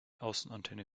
außenantenne